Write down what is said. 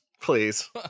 Please